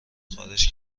خارج